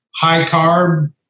high-carb